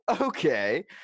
okay